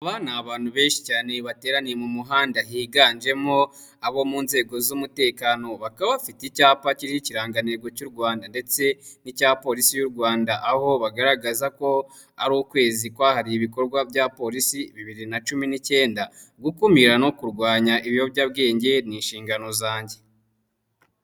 Aba ni abantu benshi cyane bateraniye mu muhanda, higanjemo abo mu nzego z'umutekano, bakaba bafite icyapa kiriho ikirangantego cy'u Rwanda ndetse n'icya polisi y'u Rwanda, aho bagaragaza ko ari ukwezi kwahariwe ibikorwa bya polisi bibiri na cumi n'icyenda. Gukumira no kurwanya ibiyobyabwenge, ni inshingano zanjye.